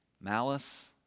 malice